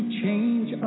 change